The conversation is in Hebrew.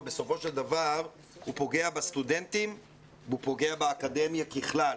אבל בסופו של דבר הוא פוגע בסטודנטים והוא פוגע באקדמיה ככלל.